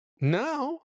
now